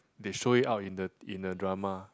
they showed it out in the in the drama